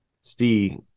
see